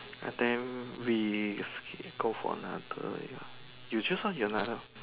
and then we go for another ya you choose lah another